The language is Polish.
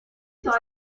jest